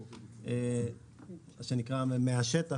מהשטח,